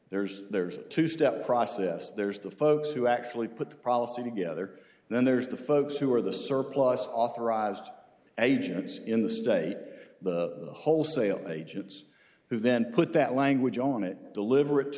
there's there's a two step process there's the folks who actually put the prophecy together and then there's the folks who are the surplus authorized agents in the state the wholesale agents who then put that language on it deliver it to